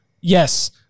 yes